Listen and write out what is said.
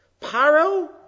Paro